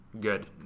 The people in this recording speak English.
good